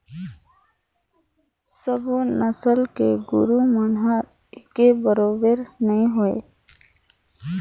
सबो नसल के गोरु मन हर एके बरोबेर नई होय